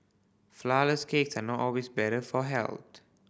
flourless cakes are not always better for health